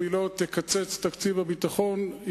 אם היא לא תקצץ בתקציב הביטחון,